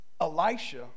Elisha